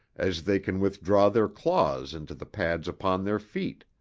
as they can withdraw their claws into the pads upon their feet.